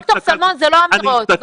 זו המציאות, לא אמירות.